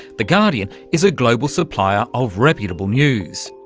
the guardian is a global supplier of reputable news,